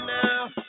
now